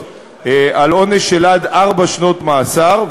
על עונש של עד ארבע שנות מאסר,